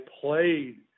played